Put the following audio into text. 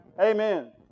Amen